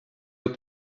upp